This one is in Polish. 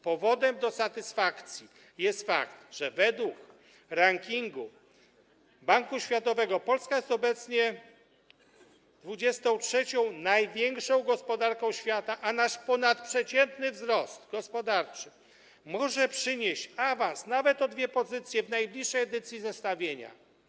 Powodem do satysfakcji jest fakt, że według rankingu Banku Światowego Polska jest obecnie 23. największą gospodarką świata, a nasz ponadprzeciętny wzrost gospodarczy może przynieść awans nawet o dwie pozycje w najbliższej edycji zestawienia.